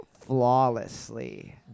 flawlessly